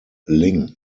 ling